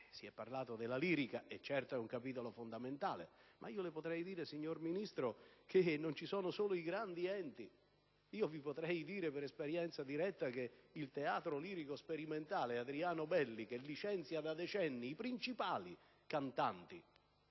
Si è parlato della lirica e certo è un capitolo fondamentale, ma le potrei dire, signor Ministro, che non ci sono solo i grandi enti. Potrei dire, per esperienza diretta, che il teatro lirico sperimentale "Adriano Belli", che licenzia da decenni i principali cantanti